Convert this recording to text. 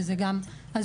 שזה גם הזוי.